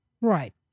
Right